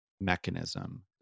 mechanism